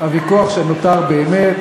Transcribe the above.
הוויכוח שנותר באמת,